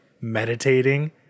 meditating